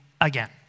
again